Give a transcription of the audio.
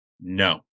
No